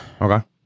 Okay